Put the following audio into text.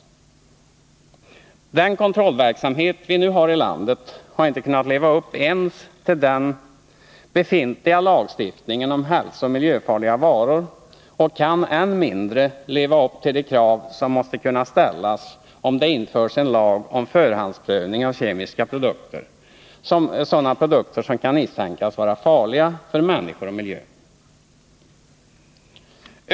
Den kontrollverksamhet vi nu har i landet har inte kunnat leva upp ens till den befintliga lagstiftningen om hälsooch miljöfarliga varor och kan än mindre leva upp till de krav som måste kunna ställas, om det införs en lag om förhandsprövning av sådana kemiska produkter som kan misstänkas vara farliga för människor och miljö.